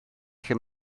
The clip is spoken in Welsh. lle